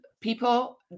people